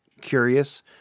curious